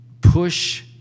push